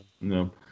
No